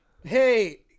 hey